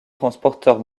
transporteurs